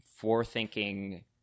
forethinking